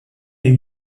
est